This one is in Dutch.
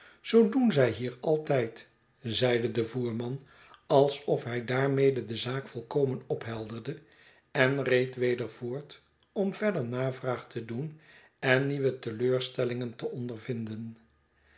zoo doen zij hier altijd zeide de voerman alsof hi daarmede de zaak volkomen ophelderde en reed weder voort om verder navraag te doen en nieuwe teleurstellingen te ondervinden